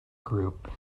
group